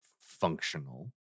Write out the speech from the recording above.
functional